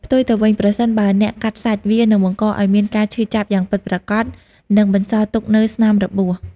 ផ្ទុយទៅវិញ ប្រសិនបើអ្នកកាត់សាច់ វានឹងបង្កឲ្យមានការឈឺចាប់យ៉ាងពិតប្រាកដ និងបន្សល់ទុកនូវស្នាមរបួស។